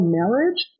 marriage